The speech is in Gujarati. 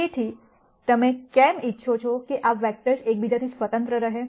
તેથી તમે કેમ ઇચ્છો છો કે આ વેક્ટર્સ એક બીજાથી સ્વતંત્ર રહે